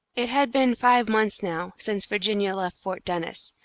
it had been five months, now, since virginia left fort dennis.